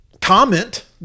comment